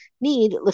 need